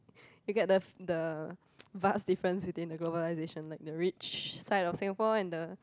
you get the the vast difference between the globalization like the rich side of Singapore and the